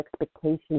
expectations